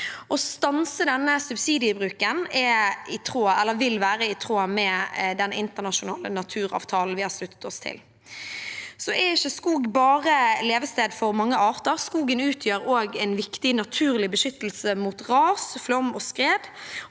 Å stanse denne subsidiebruken vil være i tråd med den internasjonale naturavtalen vi har sluttet oss til. Skog er ikke bare levested for mange arter, skogen utgjør også en viktig naturlig beskyttelse mot ras, flom og skred.